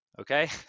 okay